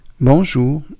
Bonjour